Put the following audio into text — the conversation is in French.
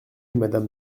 madame